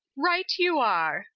right you are!